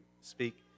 speak